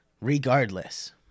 regardless